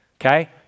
Okay